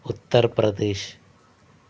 Uttar Pradesh